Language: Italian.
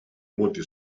molti